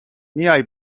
میای